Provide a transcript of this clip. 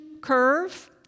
curve